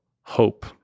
hope